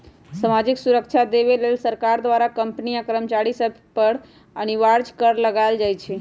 सामाजिक सुरक्षा देबऐ लेल सरकार द्वारा कंपनी आ कर्मचारिय सभ पर अनिवार्ज कर लगायल जाइ छइ